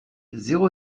zéro